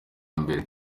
mbere